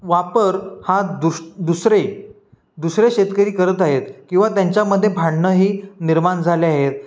वापर हा दुष दुसरे दुसरे शेतकरी करत आहेत किंवा त्यांच्यामध्ये भांडणंही निर्माण झाले आहेत